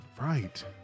Right